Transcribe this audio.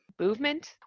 movement